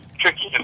tricky